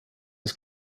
was